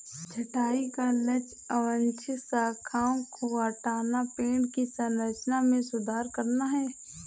छंटाई का लक्ष्य अवांछित शाखाओं को हटाना, पेड़ की संरचना में सुधार करना है